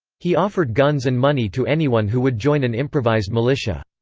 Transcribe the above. he offered guns and money to anyone who would join an improvised militia.